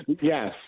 Yes